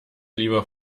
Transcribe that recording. lieber